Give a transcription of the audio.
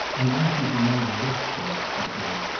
i want you to know this, dick, she said.